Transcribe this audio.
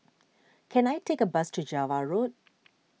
can I take a bus to Java Road